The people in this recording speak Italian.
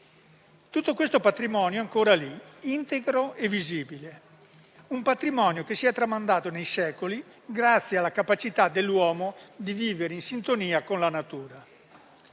Tutto questo patrimonio è ancora lì, integro e visibile: si è tramandato nei secoli grazie alla capacità dell'uomo di vivere in sintonia con la natura.